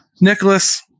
Nicholas